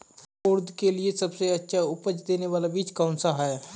उड़द के लिए सबसे अच्छा उपज देने वाला बीज कौनसा है?